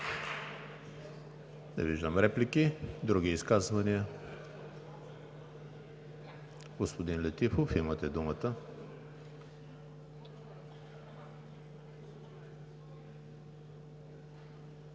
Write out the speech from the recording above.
Не виждам. Други изказвания? Господин Летифов, имате думата.